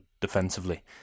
defensively